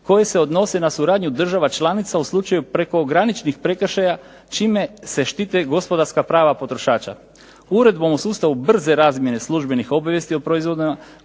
koje se odnose na suradnju država članica u slučaju prekograničnih prekršaja čime se štite gospodarska prava potrošača. Uredbom o sustavu brze razmjene službenih obavijesti o proizvodima